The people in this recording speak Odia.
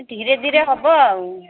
ଧୀରେ ଧୀରେ ହେବ ଆଉ